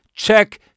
Check